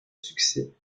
succès